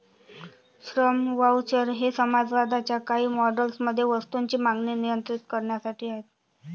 श्रम व्हाउचर हे समाजवादाच्या काही मॉडेल्स मध्ये वस्तूंची मागणी नियंत्रित करण्यासाठी आहेत